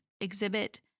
exhibit